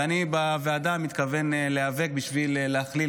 ואני בוועדה מתכוון להיאבק בשביל להכליל